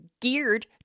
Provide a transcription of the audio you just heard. geared